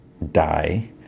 die